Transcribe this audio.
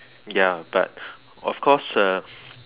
ya but of course uh